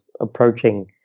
approaching